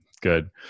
Good